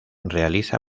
realiza